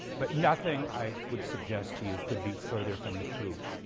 but nothing i would suggest to you could be further from the truth.